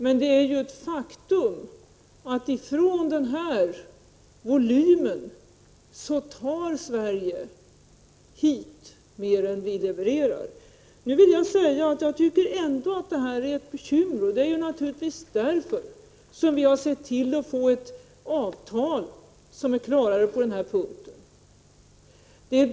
Men det är ett faktum att Sverige tar hit mer än Sverige levererar. Jag vill säga att jag ändå tycker att det är ett bekymmer. Det är naturligtvis därför som vi har sett till att få till stånd ett avtal som är klarare på denna punkt.